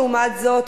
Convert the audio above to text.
לעומת זאת,